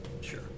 Sure